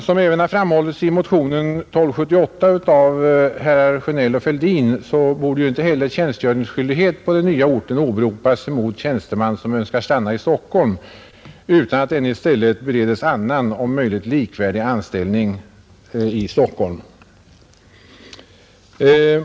Som även har framhållits i motionen 1278 av herrar Sjönell och Fälldin borde inte heller tjänstgöringsskyldighet på den nya orten åberopas mot tjänsteman som önskar stanna i Stockholm utan att denne skall beredas annan, om möjligt likvärdig anställning i Stockholm.